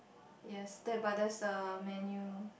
yes but there's a menu